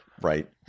Right